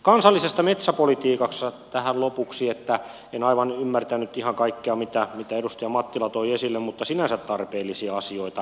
kansallisesta metsäpolitiikasta tähän lopuksi että en aivan ymmärtänyt ihan kaikkea mitä edustaja mattila toi esille mutta sinänsä tarpeellisia asioita